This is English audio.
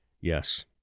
Yes